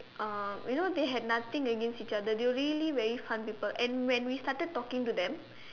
um you know they had nothing against each other they were really very fun people and when we started talking to them